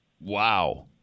wow